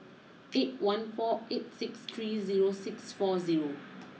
eight one four eight six three zero six four zero